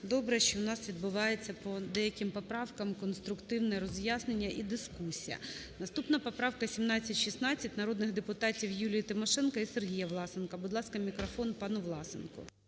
добре, що в нас відбувається по деяким поправкам конструктивне роз'яснення і дискусія. Наступна поправка 1716, народних депутатів Юлії Тимошенко і Сергія Власенка. Будь ласка, мікрофон пану Власенку.